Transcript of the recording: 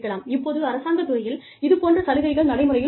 இப்போது அரசாங்கத் துறையில் இது போன்ற சலுகைகள் நடைமுறையில் உள்ளது